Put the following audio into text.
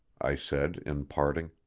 i said in parting,